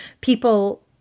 people